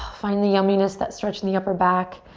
find the yumminess, that stretch in the upper back.